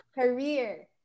career